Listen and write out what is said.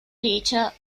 ޓީޗަރ